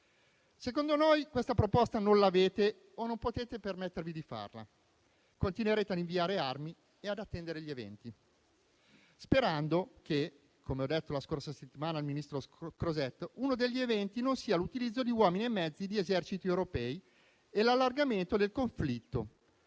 Secondo noi questa proposta non l'avete o non potete permettervi di farla. Continuerete a inviare armi e ad attendere gli eventi, sperando che - come ho detto la scorsa settimana al ministro Crosetto - uno degli eventi non sia l'utilizzo di uomini e mezzi di eserciti europei e l'allargamento del conflitto.